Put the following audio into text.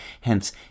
Hence